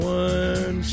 one